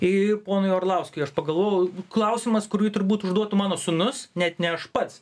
ir ponui orlauskui aš pagalvojau klausimas kurį turbūt užduotų mano sūnus net ne aš pats